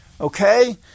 okay